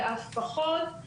ואף פחות,